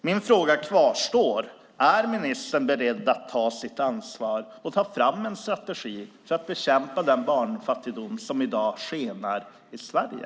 Min fråga kvarstår: Är ministern beredd att ta sitt ansvar och ta fram en strategi för att bekämpa den barnfattigdom som i dag skenar i Sverige?